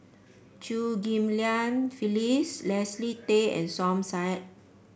Chew Ghim Lian Phyllis Leslie Tay and Som Said